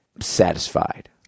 satisfied